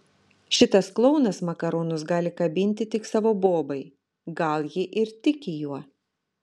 šitas klounas makaronus gali kabinti tik savo bobai gal ji ir tiki juo